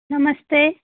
नमस्ते